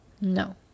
No